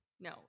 No